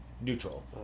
neutral